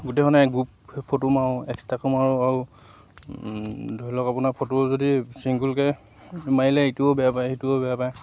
গোটেইখনে গ্ৰুপ হৈ ফটো মাৰোঁ এক্সট্ৰাকৈও মাৰোঁ আৰু ধৰি লওক আপোনাৰ ফটো যদি চিংগুলকৈ মাৰিলে ইটোও বেয়া পায় সেইটোও বেয়া পায়